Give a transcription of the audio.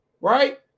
right